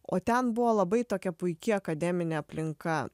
o ten buvo labai tokia puiki akademinė aplinka